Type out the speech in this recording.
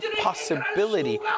possibility